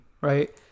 right